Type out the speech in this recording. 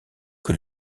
que